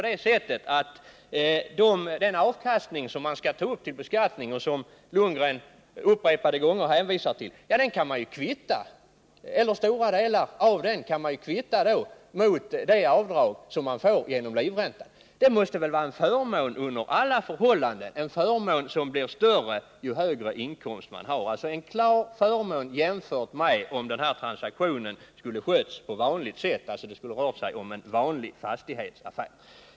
Den avkastning som man skall ta upp till beskattning och som Bo Lundgren upprepade gånger hänvisat till kan ju till stora delar kvittas mot det avdrag som man får genom livräntan. Det måste väl vara en förmån under alla förhållanden, en förmån som blir större ju större inkomst man har, en klar förmån jämfört med om transaktionen hade skötts på vanligt sätt, med andra ord om det hade rört sig om en vanlig fastighetsaffär.